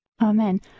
Amen